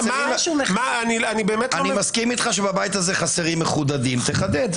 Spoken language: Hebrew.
אני מסכים איתך שבבית הזה חסרים מחודדים, אז תחדד.